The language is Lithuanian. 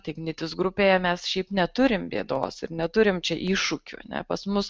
ignitis grupėje mes šiaip neturim bėdos ir neturim čia iššūkių ne pas mus